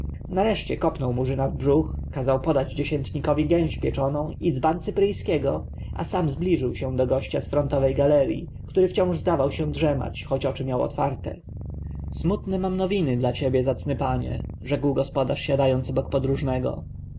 nareszcie kopnął murzyna w brzuch kazał podać dziesiętnikowi gęś pieczoną i dzban cypryjskiego a sam zbliżył się do gościa z frontowej galerji który wciąż zdawał się drzemać choć oczy miał otwarte smutne mam nowiny dla ciebie zacny panie rzekł gospodarz siadając obok podróżnego